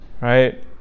right